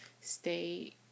stay